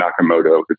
Nakamoto